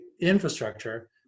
infrastructure